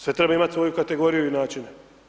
Sve treba imati svoju kategoriju i načine.